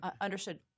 Understood